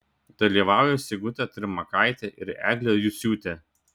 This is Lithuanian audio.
dalyvauja sigutė trimakaitė ir eglė juciūtė